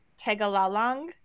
Tegalalang